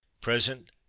Present